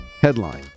headline